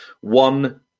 one